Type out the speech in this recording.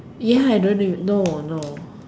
ya I don't even no no